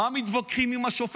על מה מתווכחים עם השופטת?